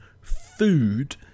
food